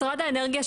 משרד האנרגיה,